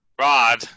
Rod